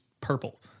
purple